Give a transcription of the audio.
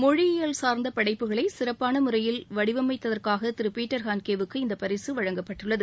மொழியியல் சார்ந்த படைப்புகளை சிறப்பான முறையில் வடிவமைத்ததற்காக திரு பீட்டர் ஹான்ட்கேவுக்கு இந்த பரிசு வழங்கப்பட்டுள்ளது